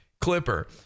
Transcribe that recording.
clipper